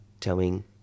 telling